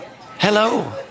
hello